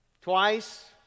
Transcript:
Twice